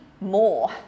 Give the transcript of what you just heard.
more